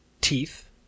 teeth